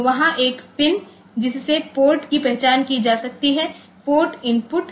तो वहाँ एक पिन है जिससे पोर्ट की पहचान की जा सकती है पोर्ट इनपुट